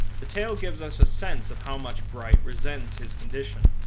the tale gives us a sense of how much bright resents his condition,